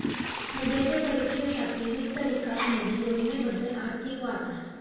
उद्याच्या परीक्षेसाठी वित्त विकास निधी योजनेबद्दल अधिक वाचा